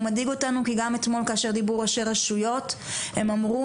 הוא מדאיג אותנו כי גם אתמול כאשר דיברו ראשי רשויות הם אמרו